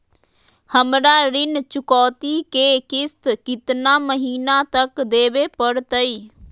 हमरा ऋण चुकौती के किस्त कितना महीना तक देवे पड़तई?